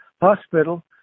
hospital